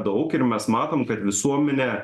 daug ir mes matom kad visuomenė